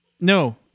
No